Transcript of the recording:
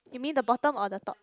you mean the bottom or the top